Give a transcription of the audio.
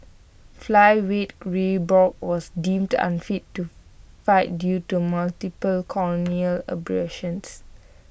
flyweight ray Borg was deemed unfit to fight due to multiple corneal abrasions